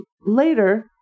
later